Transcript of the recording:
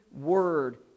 word